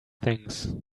things